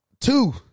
Two